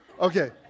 Okay